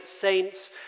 saints